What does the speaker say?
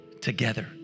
together